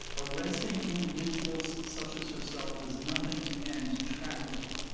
arresting individuals such as herself does nothing to end trafficking.